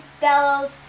bellowed